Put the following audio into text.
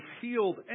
healed